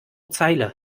zeile